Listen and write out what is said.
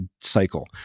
cycle